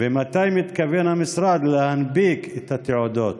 2. מתי מתכוון המשרד להנפיק את התעודות?